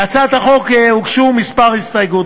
להצעת החוק הוגשו כמה הסתייגויות.